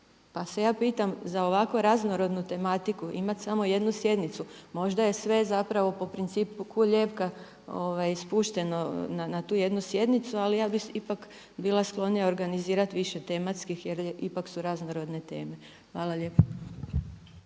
Pa se ja pitam za ovako raznorodnu tematiku imat samo jednu sjednicu, možda je sve zapravo po principu …/Govornica se ne razumije./… spušteno na tu jednu sjednicu. Ali ja bih ipak bila sklonija organizirati više tematskih, jer ipak su raznorodne teme. Hvala lijepa.